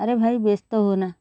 ଆରେ ଭାଇ ବ୍ୟସ୍ତ ହୁଅନା